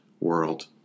world